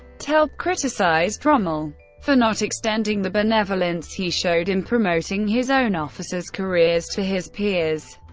telp criticised rommel for not extending the benevolence he showed in promoting his own officers' careers to his peers,